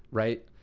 right?